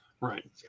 Right